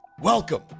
Welcome